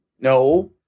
No